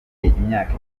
ingahe